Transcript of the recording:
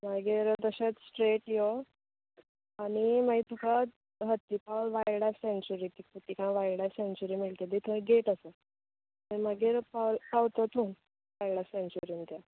मागीर तशेंच स्ट्रॅट यो आनी मागीर तुका हत्ती पावल वायल्ड लाय्फ सॅन्चुरी दिसतली वाय्ल्ड लाय्फ सेन्चुरी म्हणटगेर थंय गॅट आसा थंय मागीर पावत तूं वाय्ल्ड लाय्फ सॅन्चुरीन त्या